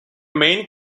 main